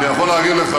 אני יכול להגיד לך,